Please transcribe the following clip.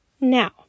Now